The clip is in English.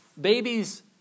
babies